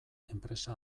enpresa